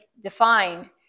defined